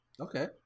Okay